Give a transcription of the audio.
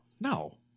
No